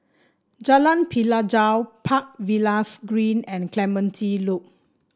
Jalan Pelajau Park Villas Green and Clementi Loop